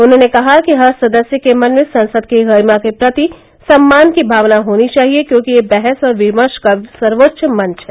उन्होंने कहा कि हर सदस्य के मन में संसद की गरिमा के प्रति सम्मान की भावना होनी चाहिए क्योंकि यह बहस और विमर्श का सर्वोच्च मंच है